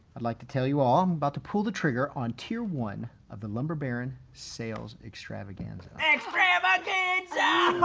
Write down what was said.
i'd like to tell you all i'm about to pull the trigger on tier one of the lumber baron sales extravaganza. extravaganza!